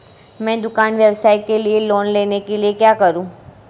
मैं दुकान व्यवसाय के लिए लोंन लेने के लिए क्या करूं?